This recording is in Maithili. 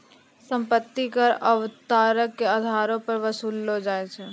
सम्पति कर आवर्तक के अधारो पे वसूललो जाय छै